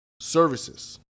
services